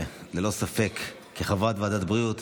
ללא ספק, כחברת ועדת הבריאות,